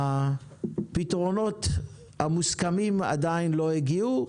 היא שהפתרונות המוסכמים עדיין לא הגיעו.